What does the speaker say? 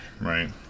right